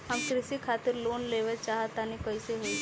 हम कृषि खातिर लोन लेवल चाहऽ तनि कइसे होई?